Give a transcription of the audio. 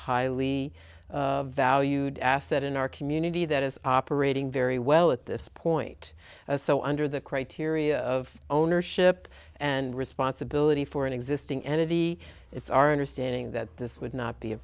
highly valued asset in our community that is operating very well at this point so under the criteria of ownership and responsibility for an existing entity it's our understanding that this would not be a